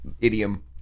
idiom